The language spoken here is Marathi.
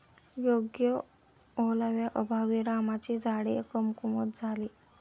योग्य ओलाव्याअभावी रामाची झाडे कमकुवत झाली